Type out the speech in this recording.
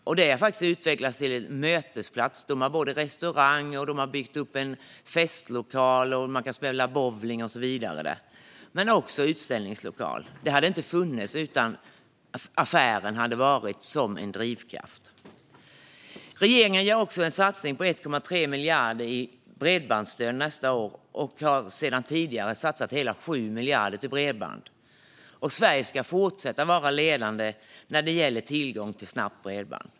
Butiken har faktiskt utvecklats till en mötesplats. De har restaurang, de har byggt upp en festlokal och man kan spela bowling. Det finns också en utställningslokal. Detta hade inte funnits om inte affären hade fungerat som drivkraft. Regeringen gör också en satsning på 1,3 miljarder i bredbandsstöd nästa år och har sedan tidigare satsat hela 7 miljarder. Sverige ska fortsätta vara ledande när det gäller tillgång till snabbt bredband.